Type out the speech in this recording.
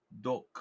Doc